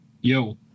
yo